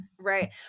Right